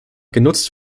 genutzt